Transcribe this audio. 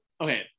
Okay